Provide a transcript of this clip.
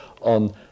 on